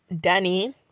Danny